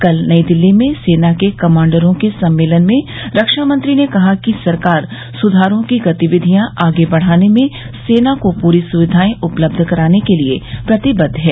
कल नई दिल्ली में सेना के कमांडरों के सम्मेलन में रक्षामंत्री ने कहा कि सरकार सुधारों की गतिविधियां आगे बढ़ाने में सेना को पूरी सुविधाएं उपलब्ध कराने के लिए प्रतिबद्ध है